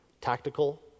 tactical